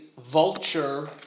vulture